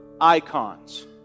icons